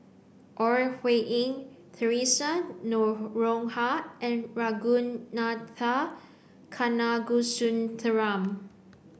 Ore Huiying Theresa Noronha and Ragunathar Kanagasuntheram